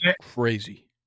crazy